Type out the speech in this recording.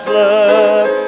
love